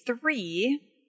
three